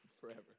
forever